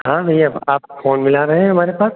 हाँ भैया आप फोन मिला रहे हैं हमारे पास